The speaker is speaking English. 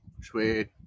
Sweet